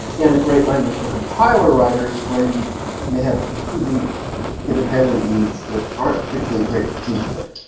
and a great language for compiler writers where you may have completely independent needs that aren't particularly great for human coders.